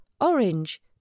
orange